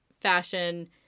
fashion